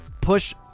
push